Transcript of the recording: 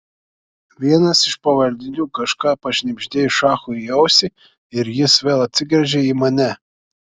vienas iš pavaldinių kažką pašnibždėjo šachui į ausį ir jis vėl atsigręžė į mane